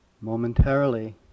momentarily